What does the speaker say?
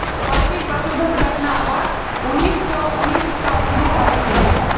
पहली पशुधन गणना वर्ष उन्नीस सौ उन्नीस त शुरू हल छिले